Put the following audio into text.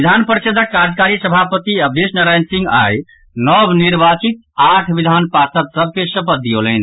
विधान परिषदक कार्यकारी सभापति अवधेश नारायण सिंह आइ नव निर्वाचित आठ विधान पार्षद सभ के शपथ दियौलनि